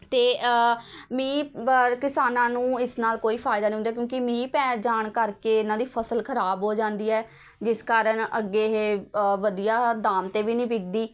ਅਤੇ ਮੀਂਹ ਵਾਰ ਕਿਸਾਨਾਂ ਨੂੰ ਇਸ ਨਾਲ ਕੋਈ ਫਾਇਦਾ ਨਹੀਂ ਹੁੰਦਾ ਕਿਉਂਕਿ ਮੀਂਹ ਪੈ ਜਾਣ ਕਰਕੇ ਇਹਨਾਂ ਦੀ ਫ਼ਸਲ ਖ਼ਰਾਬ ਹੋ ਜਾਂਦੀ ਹੈ ਜਿਸ ਕਾਰਨ ਅੱਗੇ ਇਹ ਵਧੀਆ ਦਾਮ 'ਤੇ ਵੀ ਨਹੀਂ ਵਿਕਦੀ